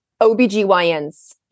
OBGYNs